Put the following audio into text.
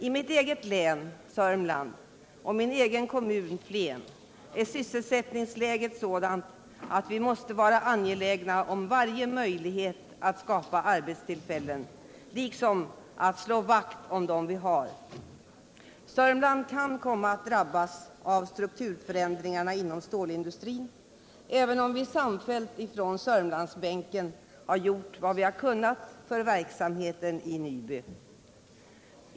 I mitt eget län, Södermanland, och min egen kommun, Flen, är sysselsättningsläget sådant att vi måste vara angelägna om varje möjlighet att skapa arbetstillfällen liksom att slå vakt om dem vi har. Sörmland kan komma att drabbas av strukturförändringarna inom stålindustrin, även om vi samfällt från Sörmlandsbänken har gjort vad vi har kunnat för verksamheten vid Nyby.